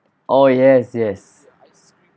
oh yes yes